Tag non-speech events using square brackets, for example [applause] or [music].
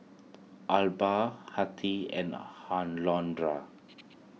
Arba Hettie and [unintelligible]